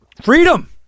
Freedom